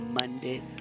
Monday